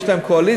יש להם קואליציה,